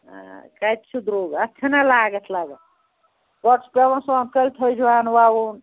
آ کَتہِ چھُ درٛۅگ اَتھ چھَنا لاگَتھ لَگان گۄڈٕ چھُ پٮ۪وان سونٛتہٕ کٲلۍ تھٔجوان وَوُن